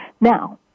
Now